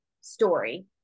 story